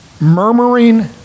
Murmuring